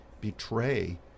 betray